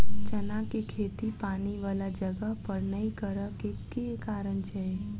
चना केँ खेती पानि वला जगह पर नै करऽ केँ के कारण छै?